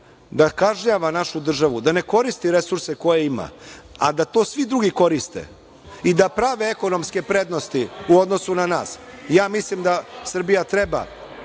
da kažnjava našu državu, da ne koristi resurse koje ima, a da to svi drugi koriste i da prave ekonomske prednosti u odnosu na nas. Ja mislim da Srbija treba